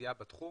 בעשייה בתחום,